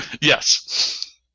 Yes